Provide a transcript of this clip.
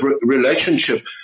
relationship